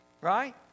right